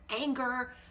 anger